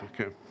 Okay